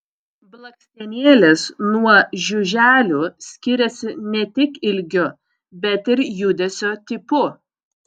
blakstienėlės nuo žiuželių skiriasi ne tik ilgiu bet ir judesio tipu